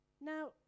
Now